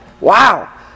Wow